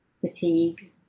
fatigue